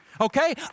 okay